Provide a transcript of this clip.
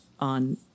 on